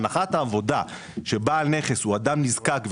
הנחת העבודה לפיה בעל נכס הוא אדם נזקק,